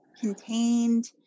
contained